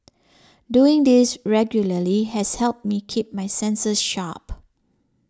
doing this regularly has helped me keep my senses sharp